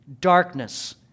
darkness